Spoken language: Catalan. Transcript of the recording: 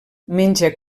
menja